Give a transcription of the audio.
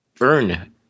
earn